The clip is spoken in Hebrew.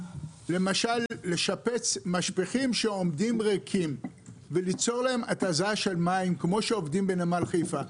למשל: לשפץ משפכים שעומדים ריקים וליצור להם התזה של מים כמו בנמל חיפה.